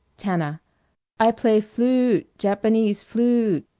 tana i play flu-u-ute, japanese flu-u-ute.